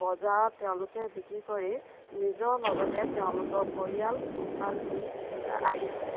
বজাৰত তেওঁলোকে বিক্ৰী কৰি নিজৰ লগতে তেওঁলোকৰ পৰিয়াল পোহপাল দি আহিছে